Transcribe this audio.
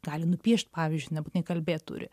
gali nupiešt pavyzdžiui nebūtinai kalbėt turi